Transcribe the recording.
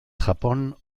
japón